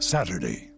Saturday